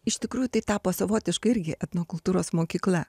iš tikrųjų tai tapo savotiška irgi etnokultūros mokykla